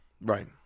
Right